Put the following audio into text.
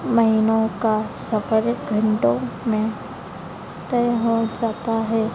महीनों का सफर घंटों में तय हो जाता है